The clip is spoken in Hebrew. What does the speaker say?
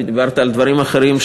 ודיברת על דברים אחרים,